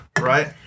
right